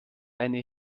eine